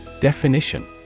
Definition